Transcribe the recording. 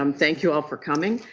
um thank you all for coming.